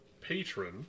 patron